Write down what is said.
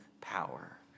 power